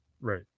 Right